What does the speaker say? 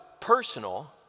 personal